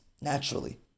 naturally